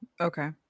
okay